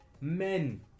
Men